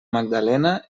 magdalena